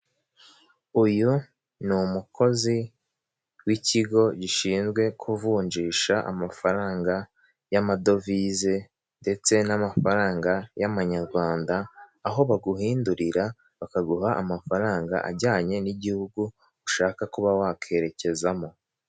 Uyu ni umukozi w'ikigo gishinzwe kuvunjisha amafaranga y'amadovize, ndetse n'amafaranga y'amanyarwanda, aho baguhindurira bakaguha amafaranga ajyanye n'igihugu ushaka kuba wakwerekezamo.